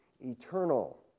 eternal